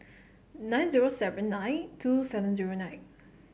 nine zero seven nine two seven zero nine